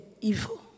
evil